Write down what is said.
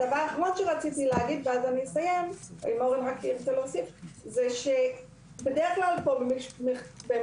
דבר אחרון שרציתי לומר זה שבדרך כלל בחקרים